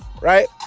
Right